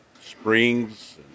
springs